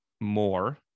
more